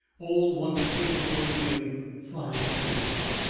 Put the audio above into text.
all once capable of doing fine things.